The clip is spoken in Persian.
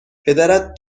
پدرت